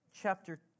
chapter